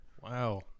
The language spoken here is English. Wow